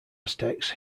aztecs